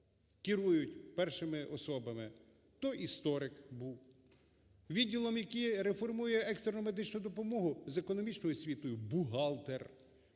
керують першими особами, то історик був, відділом, який реформує екстрену медичну допомогу з економічною освітою, бухгалтер.